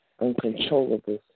Uncontrollable